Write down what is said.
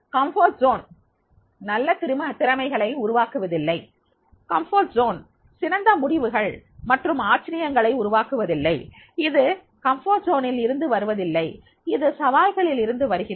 ஆறுதல் மண்டலம் நல்ல திறமைகளை உருவாக்குவதில்லை ஆறுதல் மண்டலம் சிறந்த முடிவுகள் மற்றும் ஆச்சரியங்களை உருவாக்குவதில்லை இது ஆறுதல் மண்டலத்தில் இருந்து வருவதில்லை இது சவால்களில் இருந்து வருகிறது